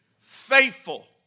faithful